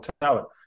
talent